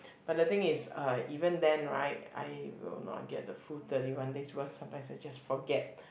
but the thing is uh even then right I will not get the full thirty one days worse sometimes I just forget